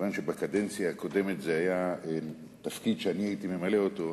מכיוון שבקדנציה הקודמת זה היה תפקיד שאני מילאתי.